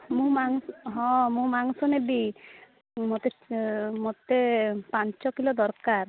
ମୁଁ ମାଂସ ହଁ ମୁଁ ମାଂସ ନେବି ମୋତେ ମୋତେ ପାଞ୍ଚ କିଲୋ ଦରକାର